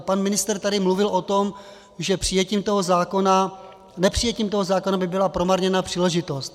Pan ministr tady mluvil o tom, že přijetím toho zákona nepřijetím toho zákona by byla promarněna příležitost.